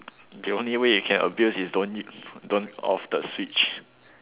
the only way you can abuse is don't don't off the switch